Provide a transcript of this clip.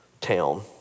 town